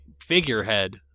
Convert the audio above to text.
figurehead